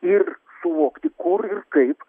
ir suvokti kur ir kaip